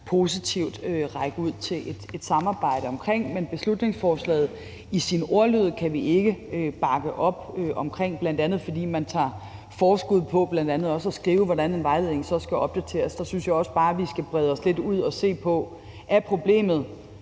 positivt række ud til et samarbejde om, men beslutningsforslaget i sin ordlyd kan vi ikke bakke op om, bl.a. fordi man tager forskud på at skrive, hvordan en vejledning så skal opdateres. Der synes jeg også bare, at vi skal bredes lidt ud og se på, om problemet